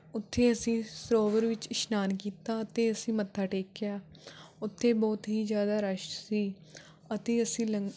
ਉੱਥੇ ਅਸੀਂ ਸਰੋਵਰ ਵਿੱਚ ਇਸ਼ਨਾਨ ਕੀਤਾ ਅਤੇ ਅਸੀਂ ਮੱਥਾ ਟੇਕਿਆ ਉੱਥੇ ਬਹੁਤ ਹੀ ਜ਼ਿਆਦਾ ਰੱਸ਼ ਸੀ ਅਤੇ ਅਸੀਂ ਲੰਗਰ